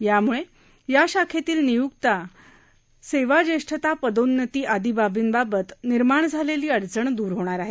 यामुळे या शाखेतील नियुक्त्या सेवाज्येष्ठता पदोन्नती आदी बाबींबाबत निर्माण झालेली अडचण दर होणार आहे